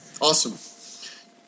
Awesome